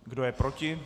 Kdo je proti?